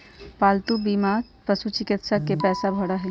पालतू बीमा पशुचिकित्सा के पैसा भरा हई